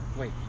Wait